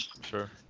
Sure